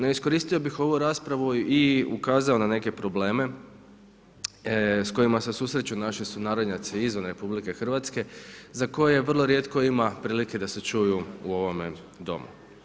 No iskoristio bi ovu raspravu i ukazao na neke probleme s kojima se susreću naši sunarodnjaci izvan RH za koje vrlo rijetko ima prilike da se čuju u ovome Domu.